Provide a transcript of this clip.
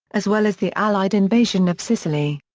as well as the allied invasion of sicily.